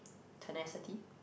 tenacity